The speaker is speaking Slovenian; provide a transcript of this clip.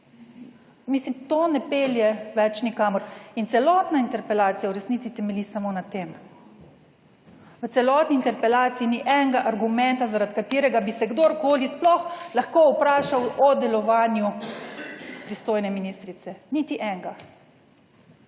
mislim, to ne pelje več nikamor in celotna interpelacija v resnici temelji samo na tem, v celotni interpelaciji ni enega argumenta, zaradi katerega bi se kdorkoli sploh lahko vprašal o delovanju pristojne ministrice, niti enega